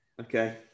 Okay